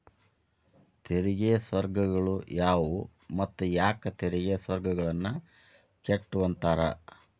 ತೆರಿಗೆ ಸ್ವರ್ಗಗಳು ಯಾವುವು ಮತ್ತ ಯಾಕ್ ತೆರಿಗೆ ಸ್ವರ್ಗಗಳನ್ನ ಕೆಟ್ಟುವಂತಾರ